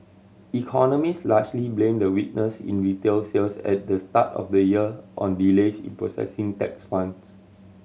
economist largely blame the weakness in retail sales at the start of the year on delays in processing tax funds